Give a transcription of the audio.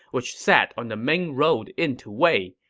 which sat on the main road into wei.